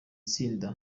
tsinda